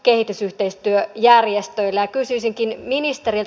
kysyisinkin ministeriltä